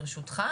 ברשותך,